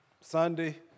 Sunday